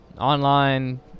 online